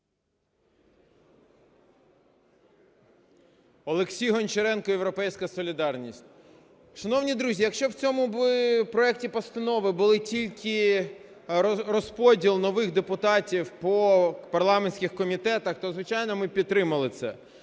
Олексій Гончаренко, "Європейська солідарність". Шановні друзі, якщо в цьому проекті постанови був тільки розподіл нових депутатів по парламентських комітетах, то звичайно, ми б підтримали це.